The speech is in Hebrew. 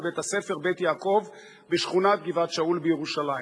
בבית-הספר "בית יעקב" בשכונת גבעת-שאול בירושלים.